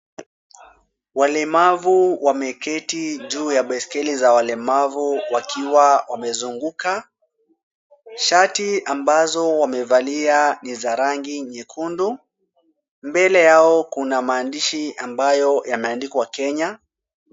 Walemavu wameketi juu ya baiskeli za walemavu wakiwa wamezunguka. Shati ambazo wamevalia ni za rangi nyekundu. Mbele yao kuna maandishi ambayo yameandikwa Kenya.